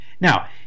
Now